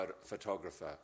photographer